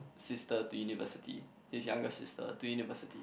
sister to university his younger sister to university